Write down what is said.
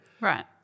Right